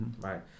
right